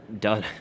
done